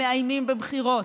מאיימים בבחירות,